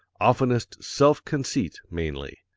oftenest self-conceit mainly.